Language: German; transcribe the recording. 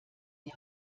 die